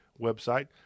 website